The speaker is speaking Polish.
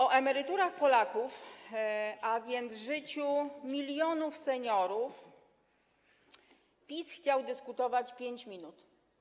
O emeryturach Polaków, a więc o życiu milionów seniorów, PiS chciał dyskutować 5 minut.